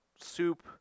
Soup